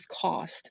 cost